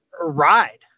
ride